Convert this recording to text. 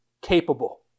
capable